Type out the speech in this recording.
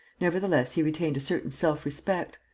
nevertheless he retained a certain self-respect.